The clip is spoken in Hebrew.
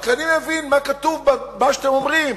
רק שאני מבין מה כתוב במה שאתם אומרים.